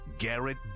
Garrett